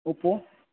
Oppo